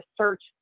search